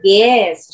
yes